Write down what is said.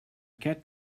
cat